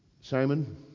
Simon